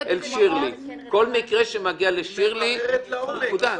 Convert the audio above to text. כל מקרה שמגיע אל שירלי, נקודה.